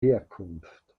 herkunft